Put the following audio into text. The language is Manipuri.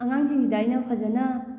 ꯑꯉꯥꯡꯁꯤꯡꯁꯤꯗ ꯑꯩꯅ ꯐꯖꯅ